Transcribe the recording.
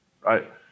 right